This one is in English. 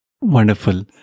Wonderful